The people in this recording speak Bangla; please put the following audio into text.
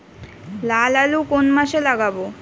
লাল আলু কোন মাসে লাগাব?